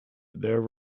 there